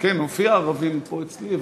כן, מופיע "ערבים" פה אצלי.